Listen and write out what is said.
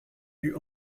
eut